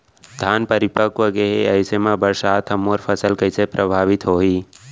धान परिपक्व गेहे ऐसे म बरसात ह मोर फसल कइसे प्रभावित होही?